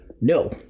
no